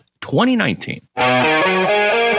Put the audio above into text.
2019